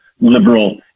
liberal